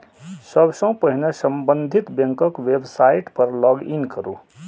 सबसं पहिने संबंधित बैंकक वेबसाइट पर लॉग इन करू